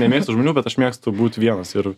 nemėgstu žmonių bet aš mėgstu būt vienas ir